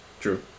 True